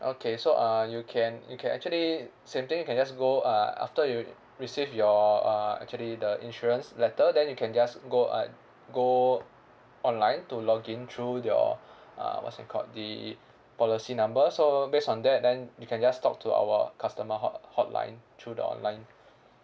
okay so uh you can you can actually same thing you can just go uh after you receive your uh actually the insurance letter then you can just go uh go online to login through your uh what's that called the policy number so based on that then you can just talk to our customer hot~ hotline through the online